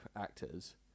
actors